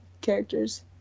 characters